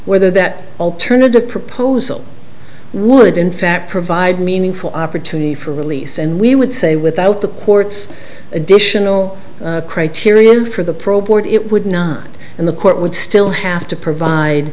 whether that alternative proposal would in fact provide meaningful opportunity for release and we would say without the court's additional criterion for the pro board it would not and the court would still have to provide